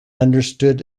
understood